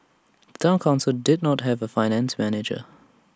Town Council did not have A finance manager